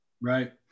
Right